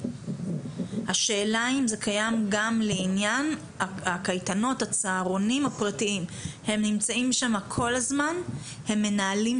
משרד המשפטים לירן שפיגל ממונה ייעוץ